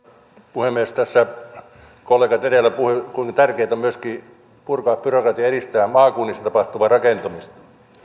puhemies tässä kollegat edellä puhuivat kuinka tärkeätä on myöskin purkaa byrokratiaa ja edistää maakunnissa tapahtuvaa rakentamista